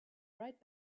right